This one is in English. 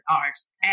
arts